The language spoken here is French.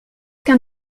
qu’un